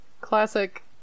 Classic